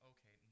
Okay